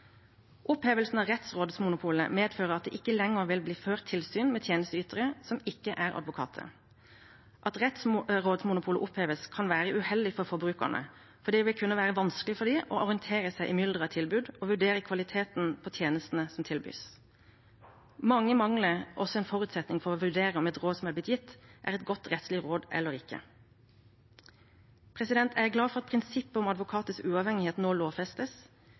Opphevelsen av rettsrådsmonopolet medfører at det ikke lenger vil bli ført tilsyn med tjenesteytere som ikke er advokater. At rettsrådsmonopolet oppheves, kan være uheldig for forbrukerne, for det vil kunne være vanskelig for dem å orientere seg i mylderet av tilbud og vurdere kvaliteten på tjenestene som tilbys. Mange mangler også forutsetning for å vurdere om et råd som er blitt gitt, er et godt rettslig råd eller ikke. Jeg er glad for at prinsippet om advokaters uavhengighet nå lovfestes.